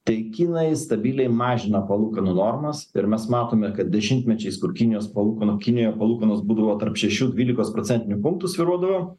tai kinai stabiliai mažina palūkanų normas ir mes matome kad dešimtmečiais kur kinijos palūkanų kinijoj palūkanos būdavo tarp šešių dvylikos procentinių punktų svyruodavo